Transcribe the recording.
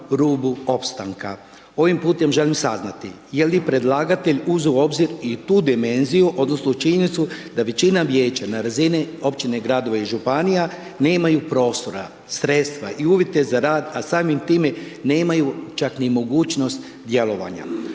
rubu opstanka. Ovim putem želim saznati je li predlagatelj uzeo u obzir i tu dimenziju, odnosno činjenica da većina vijeća na razini općine i gradova i županija nema prostora, sredstva i uvjete za rad a samim time nemaju čak ni mogućnost djelovanja.